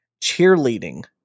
Cheerleading